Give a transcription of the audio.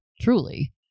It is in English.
Truly